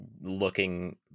looking